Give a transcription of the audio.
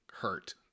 hurt